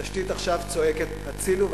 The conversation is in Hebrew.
התשתית עכשיו צועקת הצילו,